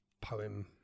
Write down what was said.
poem